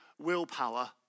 willpower